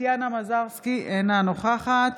טטיאנה מזרסקי, אינה נוכחת